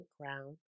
ground